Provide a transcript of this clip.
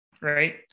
right